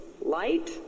light